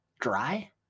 Dry